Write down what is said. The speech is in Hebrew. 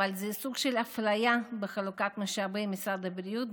אבל זה סוג של אפליה בחלוקת משאבי משרד הבריאות,